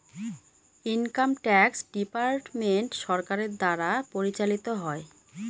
income tax department সরকারের দ্বারা পরিচালিত হয়